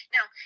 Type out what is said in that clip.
Now